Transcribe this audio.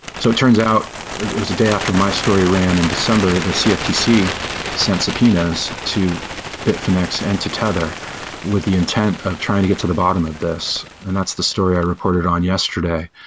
so it turns out it was a day after my story ran in december, the cftc sent subpoenas to bitfinex and to tether with the intent of trying to get to the bottom of this, and that's the story i reported on yesterday.